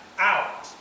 out